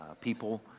people